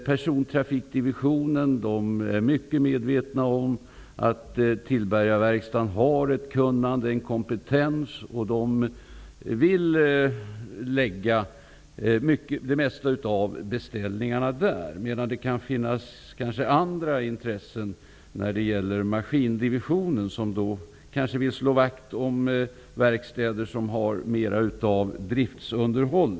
Persontrafikdivisionen är medveten om att Tillbergaverkstaden har ett kunnande och en kompetens och vill lägga det mesta av beställningarna där. Maskindivisionen kan ha andra intressen och vilja slå vakt om verkstäder som har mera av driftsunderhåll.